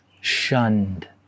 shunned